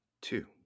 two